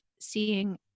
seeing